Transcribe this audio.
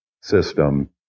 system